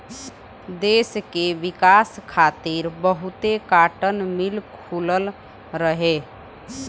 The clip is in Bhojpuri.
देस के विकास खातिर बहुते काटन मिल खुलल रहे